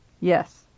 Yes